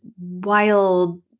wild